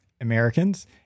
Americans